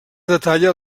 detalla